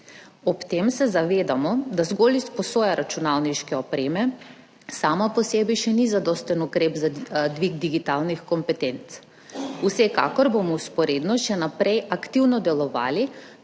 Ob tem se zavedamo, da zgolj izposoja računalniške opreme sama po sebi še ni zadosten ukrep za dvig digitalnih kompetenc. Vsekakor bomo vzporedno še naprej aktivno delovali